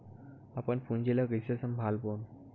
अपन पूंजी ला कइसे संभालबोन?